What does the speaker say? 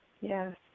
yes